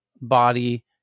body